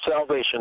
salvation